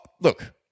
look